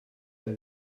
der